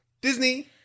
disney